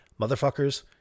Motherfuckers